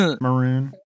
maroon